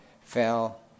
fell